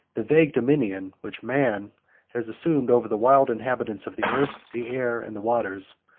the vague dominion which man has assumed over the wild inhabitants of the earth, the air, and the waters,